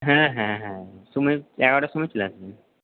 হ্যাঁ হ্যাঁ হ্যাঁ সময় এগারোটার সময় চলে আসবেন